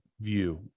view